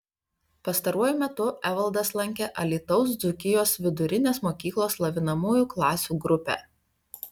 pastaruoju metu evaldas lankė alytaus dzūkijos vidurinės mokyklos lavinamųjų klasių grupę